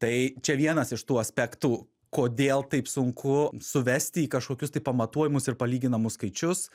tai čia vienas iš tų aspektų kodėl taip sunku suvesti į kažkokius tai pamatuojamus ir palyginamus skaičius